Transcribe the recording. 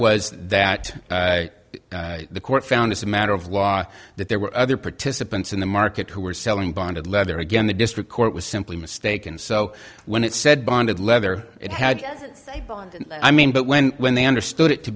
and that was that the court found as a matter of law that there were other participants in the market who were selling bonded leather again the district court was simply mistaken so when it said bonded leather it had i mean but when when they understood it to